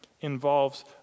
involves